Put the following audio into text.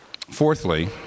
Fourthly